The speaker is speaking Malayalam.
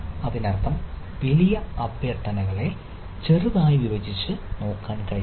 അതിനർത്ഥം വലിയ അഭ്യർത്ഥനകളെ ചെറുതായി വിഭജിച്ച് നോക്കാൻ കഴിയും